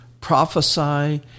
prophesy